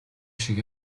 шиг